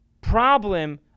problem